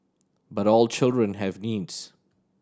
but all children have needs